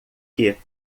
que